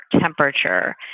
temperature